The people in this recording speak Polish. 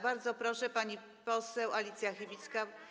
Bardzo proszę, pani poseł Alicja Chybicka.